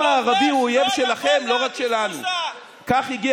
והיום אתם באים ובצדק דורשים שהמשטרה תגביר